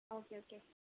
okay okay